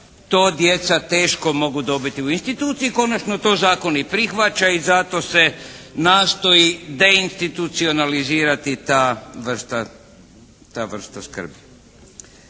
To djeca teško mogu dobiti u instituciji. Konačno to zakon i prihvaća i zato se nastoji deinstitucionalizirati ta vrsta skrbi.